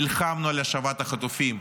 נלחמנו על השבת החטופים.